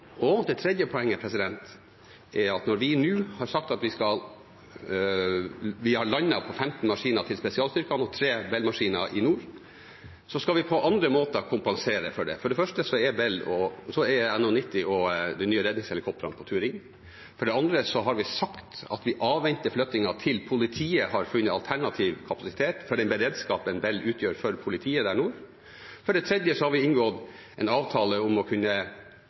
Det tredje poenget er at vi har sagt at når vi har landet på 15 maskiner til spesialstyrkene og 3 Bell-maskiner i nord, skal vi kompensere for det på andre måter. For det første er NH90 og de nye redningshelikoptrene på tur inn. For det andre har vi sagt at vi avventer flyttingen til politiet har funnet alternativ kapasitet for den beredskapen Bell utgjør for politiet i nord. For det tredje har vi inngått en avtale om å kunne